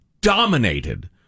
dominated